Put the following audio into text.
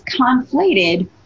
conflated